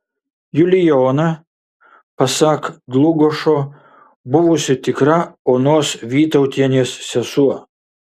julijona pasak dlugošo buvusi tikra onos vytautienės sesuo